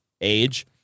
age